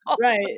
Right